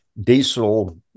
Diesel